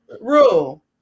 rule